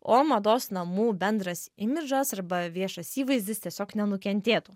o mados namų bendras imidžas arba viešas įvaizdis tiesiog nenukentėtų